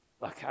look